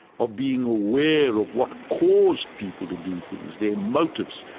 of being aware of what caused people to do things their motives,